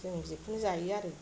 जों बिखौनो जायो आरो